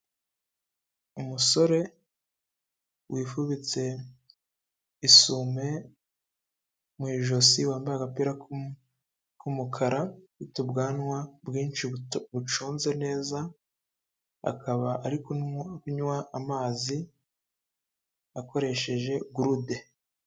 Umusore wifubitse isume mu ijosi wambaye agapira k'umukara, ufite ubwanwa bwinshi buconze neza. Akaba arikunywa amazi akoresheje gurude.